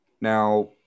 Now